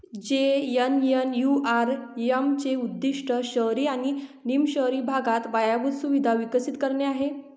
JNNURM चे उद्दीष्ट शहरी आणि निम शहरी भागात पायाभूत सुविधा विकसित करणे आहे